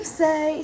say